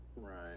right